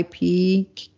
IP